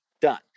done